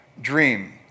dream